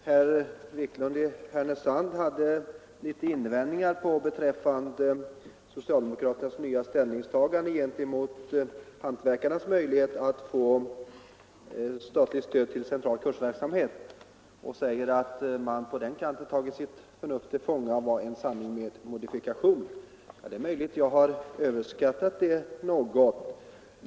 Herr talman! Herr Wiklund gjorde litet invändningar beträffande socialdemokraternas nya ställningstagande till hantverkarnas möjlighet att få statligt stöd för central kursverksamhet. Han ansåg att det var en sanning med modifikation att socialdemokraterna på den punkten har tagit sitt förnuft till fånga. Ja, det är möjligt att jag har gjort en överskattning här.